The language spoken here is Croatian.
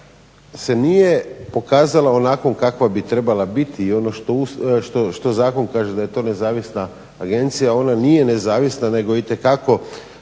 se nije pokazala onakvom kakva bi trebala biti i ono što zakon kaže da je to nezavisna agencija. Ona nije nezavisna nego je itekako